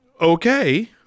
Okay